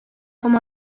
como